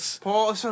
Paul